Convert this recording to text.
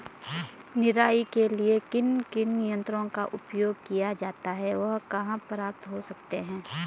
निराई के लिए किन किन यंत्रों का उपयोग किया जाता है वह कहाँ प्राप्त हो सकते हैं?